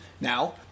now